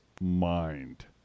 mind